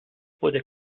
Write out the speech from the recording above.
wurde